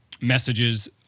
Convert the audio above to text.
messages